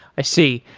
i see,